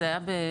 זה היה בדצמבר,